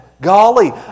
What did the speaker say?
golly